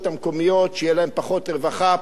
שיהיו להם פחות רווחה ופחות חינוך.